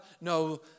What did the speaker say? no